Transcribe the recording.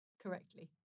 correctly